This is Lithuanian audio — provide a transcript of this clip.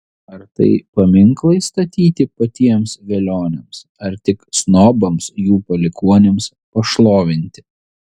ar tai paminklai statyti patiems velioniams ar tik snobams jų palikuonims pašlovinti